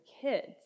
kids